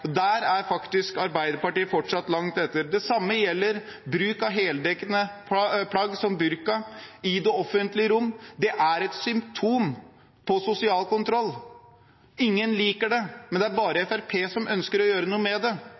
Der er Arbeiderpartiet fortsatt langt etter. Det samme gjelder bruk av heldekkende plagg som burka i det offentlige rom. Det er et symptom på sosial kontroll. Ingen liker det, men det er bare Fremskrittspartiet som ønsker å gjøre noe med det.